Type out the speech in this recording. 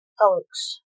Alex